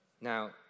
Now